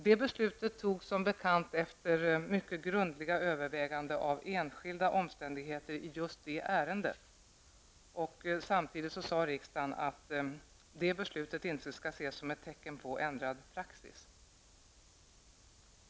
Det beslutet fattades som bekant efter mycket grundliga överväganden av enskila omständigheter i just det ärendet. Samtidigt sade riksdagen att det beslutet inte skall ses som ett tecken på ändrad praxis.